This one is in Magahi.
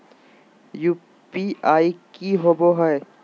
यू.पी.आई की होवे हय?